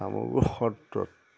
চামগুৰি সত্ৰত